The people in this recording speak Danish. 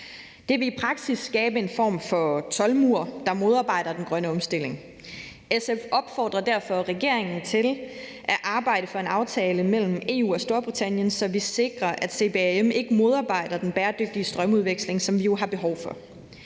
Det vil i praksis skabe en form for toldmur, der modarbejder den grønne omstilling. SF opfordrer derfor regeringen til at arbejde for en aftale mellem EU og Storbritannien, så vi sikrer, at CBAM-forordningen ikke modarbejder den bæredygtige strømudveksling, som vi jo har behov for.